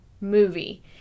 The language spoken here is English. movie